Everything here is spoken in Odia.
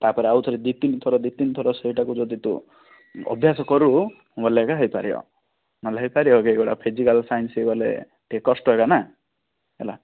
ତାପରେ ଆଉଥରେ ଦୁଇ ତିନିଥର ଦୁଇ ତିନିଥର ସେଇଟାକୁ ଯଦି ତୁ ଅଭ୍ୟାସ କରିବୁ ଭଲ ଭାବରେ ହୋଇପାରିବ ନହେଲେ ହୋଇପାରିବ କି ଏଗୁଡ଼ା ଫିଜିକାଲ ସାଇନ୍ସ କୁ ଗଲେ ଟିକେ କଷ୍ଟ ନା ହେଲା